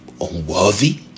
unworthy